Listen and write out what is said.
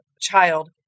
child